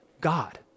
God